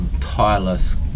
tireless